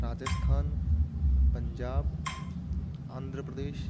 Rajasthan Punjab Andhra Pradesh